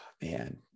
man